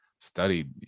studied